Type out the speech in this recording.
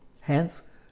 Hence